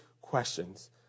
questions